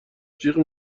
جیغ